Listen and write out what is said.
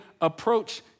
approach